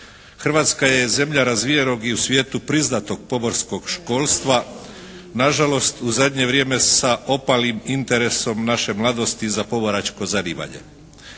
Hrvatska je zemlja razvijenog i u svijetu priznatog pomorskog školstva, na žalost u zadnje vrijeme sa opalim interesom naše mladosti za pomoračko zanimanje.